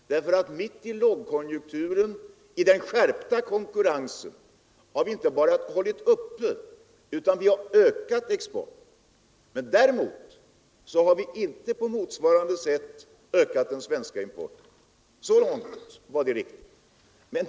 Mitt i lågkonjunkturen, i den skärpta konkurrensen, har vi nämligen inte bara upprätthållit utan också ökat exporten. Däremot har vi inte på motsvarande sätt ökat den svenska importen.